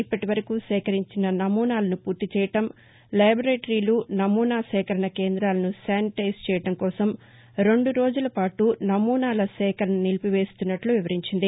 ఇప్పటి వరకు సేకరించిన నమూనాల పరీక్షలను పూర్తిచేయడం లేబరేటరీలు నమూనా సేకరణ కేందాలను శానిటైజ్ చేయడం కోసం రెండు రోజుల పాటు నమూనాల సేకరణ నిలిపివేస్తున్నట్లు వివరించింది